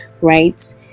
right